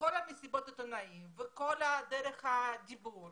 בכל מסיבות העיתונאים וכל דרך הדיבור